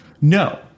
No